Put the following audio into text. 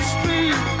Street